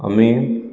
आमी